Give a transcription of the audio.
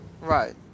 Right